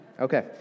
Okay